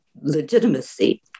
legitimacy